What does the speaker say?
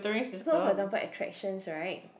so for example attractions [right]